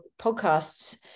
podcasts